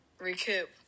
recoup